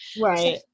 Right